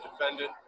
defendant